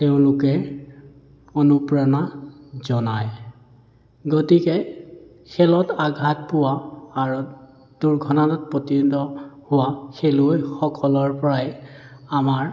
তেওঁলোকে অনুপ্ৰেৰণা জনায় গতিকে খেলত আঘাত পোৱা আৰু দুৰ্ঘাটনাত পতিত হোৱা খেলুৱৈসকলৰপৰাই আমাৰ